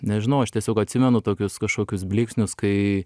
nežinau aš tiesiog atsimenu tokius kažkokius blyksnius kai